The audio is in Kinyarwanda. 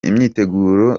imyiteguro